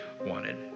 wanted